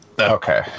Okay